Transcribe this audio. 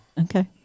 Okay